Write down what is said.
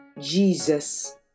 Jesus